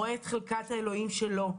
רואה את חלקת האלוהים שלו.